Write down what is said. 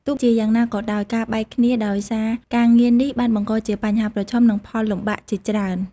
ទោះជាយ៉ាងណាក៏ដោយ ការបែកគ្នាដោយសារការងារនេះ បានបង្កជាបញ្ហាប្រឈម និងផលលំបាកជាច្រើន។